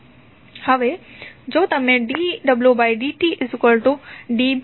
હવે જો તમે dwdtdwdq